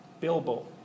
Bilbo